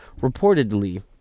reportedly